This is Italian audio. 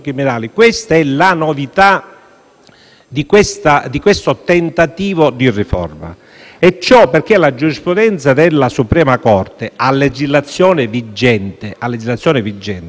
di questo tentativo di riforma e ciò perché la giurisprudenza della suprema Corte, a legislazione vigente, ormai ha affermato in maniera pacifica